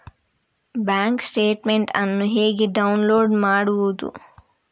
Bank statement ಅನ್ನು ಹೇಗೆ download ಮಾಡುವುದು?